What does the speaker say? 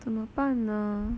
怎么办呢